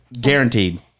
Guaranteed